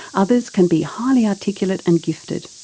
others can be highly articulate and gifted.